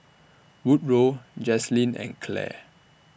Woodrow Jaslyn and Clair